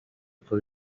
uko